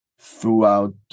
throughout